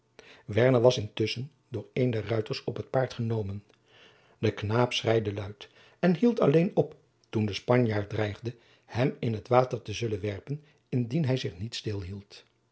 was intusschen door een der ruiters op t paard genomen de knaap schreide luid en hield alleen op toen de spanjaard dreigde hem in t water te zullen werpen indien hij zich niet stil